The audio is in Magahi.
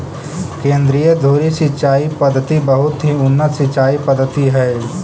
केन्द्रीय धुरी सिंचाई पद्धति बहुत ही उन्नत सिंचाई पद्धति हइ